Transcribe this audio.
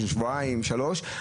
של שבועיים-שלושה שבועות.